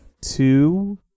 Two